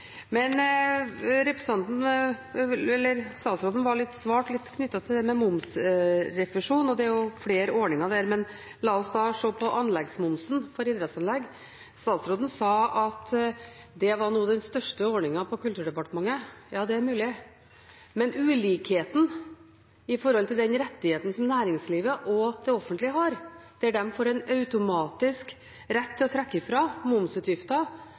Statsråden svarte litt på dette med momsrefusjon, og der er det jo flere ordninger, men la oss se på anleggsmomsen for idrettsanlegg. Statsråden sa at dette nå var den største ordningen på Kulturdepartementets budsjett. Ja, det er mulig, men ulikheten i forhold til den rettigheten som næringslivet og det offentlige har, en automatisk rett til å trekke fra momsutgifter,